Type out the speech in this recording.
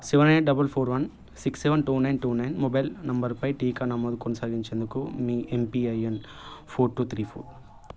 seven eight double four one six seven two nine two nine mobile నంబర్పై టీకా నమోదు కొనసాగించేందుకు మీ MPIN four two three four